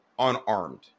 unarmed